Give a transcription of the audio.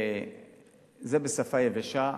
זה בשפה יבשה.